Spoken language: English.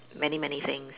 many many things